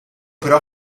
però